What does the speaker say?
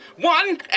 one